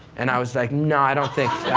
and i was like, nah, i don't think.